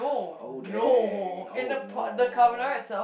oh dang oh no